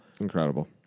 Incredible